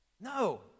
No